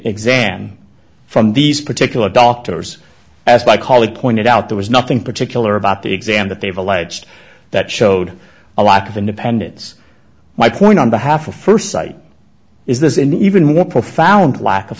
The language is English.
exam from these particular doctors as my colleague pointed out there was nothing particular about the exam that they've alleged that showed a lot of independence my point on behalf of first sight is this in even more profound lack of